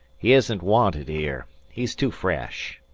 he isn't wanted here. he's too fresh.